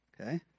okay